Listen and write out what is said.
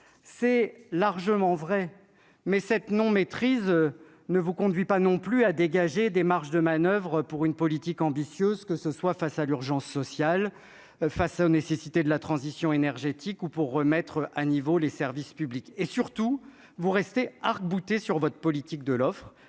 c'est largement vrai mais cette non-maîtrise ne vous conduit pas non plus à dégager des marges de manoeuvre pour une politique ambitieuse, que ce soit face à l'urgence sociale face aux nécessités de la transition énergétique ou pour remettre à niveau les services publics et surtout vous restez arc-bouté sur votre politique de l'offre